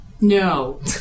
No